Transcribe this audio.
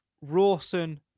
Rawson